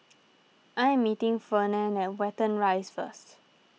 I am meeting Fernand at Watten Rise first